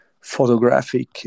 photographic